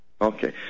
Okay